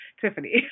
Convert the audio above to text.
Tiffany